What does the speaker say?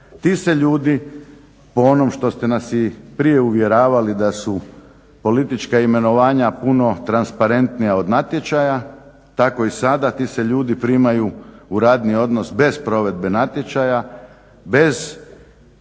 Ti se ljudi, po onom što ste nas i prije uvjeravali da su politička imenovanja puno transparentnija od natječaja, tako i sada ti se ljudi primaju bez provedbe natječaja, bez